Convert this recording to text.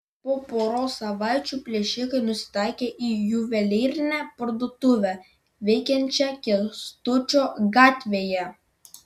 po poros savaičių plėšikai nusitaikė į juvelyrinę parduotuvę veikiančią kęstučio gatvėje